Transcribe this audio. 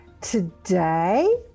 today